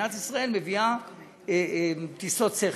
מדינת ישראל מביאה טיסות שכר,